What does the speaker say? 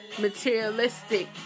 materialistic